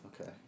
Okay